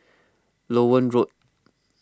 Loewen Road